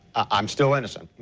i am still innocent.